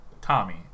Tommy